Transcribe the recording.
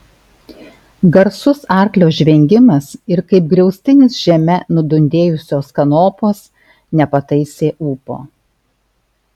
garsus arklio žvengimas ir kaip griaustinis žeme nudundėjusios kanopos nepataisė ūpo